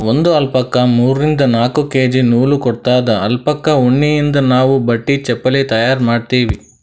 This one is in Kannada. ಒಂದ್ ಅಲ್ಪಕಾ ಮೂರಿಂದ್ ನಾಕ್ ಕೆ.ಜಿ ನೂಲ್ ಕೊಡತ್ತದ್ ಅಲ್ಪಕಾ ಉಣ್ಣಿಯಿಂದ್ ನಾವ್ ಬಟ್ಟಿ ಚಪಲಿ ತಯಾರ್ ಮಾಡ್ತೀವಿ